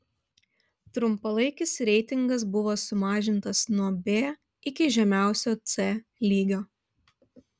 trumpalaikis reitingas buvo sumažintas nuo b iki žemiausio c lygio